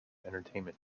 entertainment